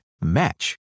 match